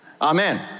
Amen